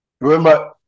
Remember